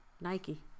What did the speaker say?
Nike